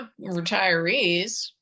retirees